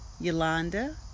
Yolanda